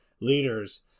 leaders